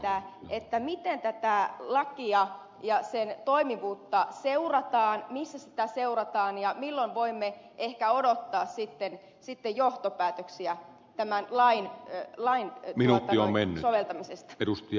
kysynkin ministeriltä miten tätä lakia ja sen toimivuutta seurataan missä sitä seurataan ja milloin voimme ehkä odottaa sitten johtopäätöksiä tämän lain millä juhlintaa edusti